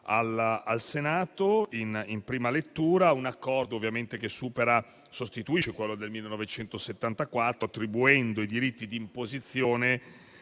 al Senato in prima lettura; un accordo che sostituisce quello del 1974, attribuendo i diritti di imposizione